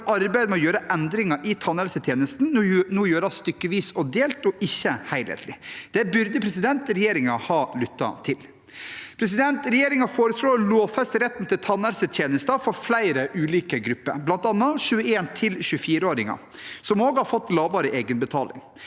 arbeidet med å gjøre endringer i tannhelsetjenesten nå gjøres stykkevis og delt, ikke helhetlig. Det burde regjeringen ha lyttet til. Regjeringen foreslår å lovfeste retten til tannhelsetjenester for flere ulike grupper, bl.a. 21–24-åringer, som også har fått lavere egenbetaling.